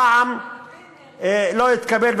הפעם לא התקבל.